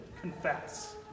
confess